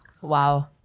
wow